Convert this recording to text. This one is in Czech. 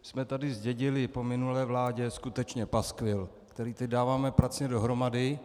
My jsme tady zdědili po minulé vládě skutečně paskvil, který teď dáváme pracně dohromady.